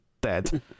dead